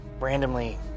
randomly